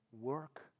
work